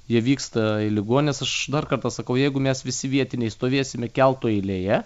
jie vyksta į ligonines aš dar kartą sakau jeigu mes visi vietiniai stovėsime kelto eilėje